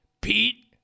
Pete